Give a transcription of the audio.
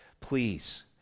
Please